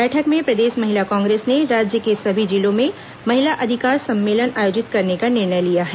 बैठक में प्रदेश महिला कांग्रेस ने राज्य के सभी जिलों में महिला अधिकार सम्मेलन आयोजित करने का निर्णय लिया है